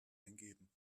eingeben